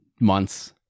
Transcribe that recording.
months